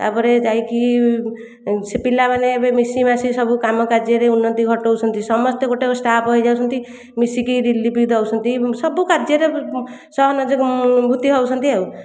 ତା'ପରେ ଯାଇକି ସେ ପିଲାମାନେ ଏବେ ମିଶିମାଶି ସବୁ କାମ କାର୍ଯ୍ୟରେ ଉନ୍ନତି ଘଟାଉଛନ୍ତି ସମସ୍ତେ ଗୋଟିଏ ଷ୍ଟାଫ୍ ହୋଇଯାଉଛନ୍ତି ମିଶିକି ରିଲିଫ୍ ଦେଉଛନ୍ତି ସବୁ କାର୍ଯ୍ୟରେ ସହାନୁଭୁତି ହେଉଛନ୍ତି ଆଉ